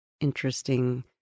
interesting